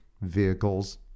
Vehicles